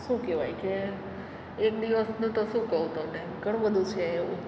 શું કહેવાય કે એ દિવસનું તો શું કહું તમને ઘણું બધું છે એવું